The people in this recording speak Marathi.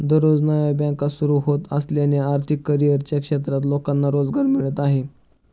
दररोज नव्या बँका सुरू होत असल्याने आर्थिक करिअरच्या क्षेत्रात लोकांना रोजगार मिळत आहे